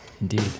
Indeed